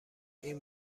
این